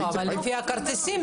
זה היה לפי הכרטיסים.